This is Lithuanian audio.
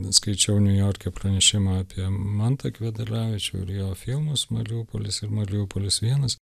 skaičiau niujorke pranešimą apie mantą kvedaravičių ir jo filmus mariupolis ir mariupolis vienas